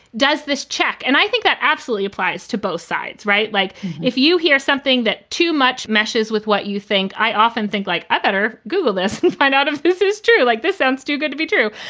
does this check. and i think that absolutely applies to both sides. right. like, if you hear something that too much meshes with what you think, i often think like i better google this and find out if this is true. like this sounds too good to be true.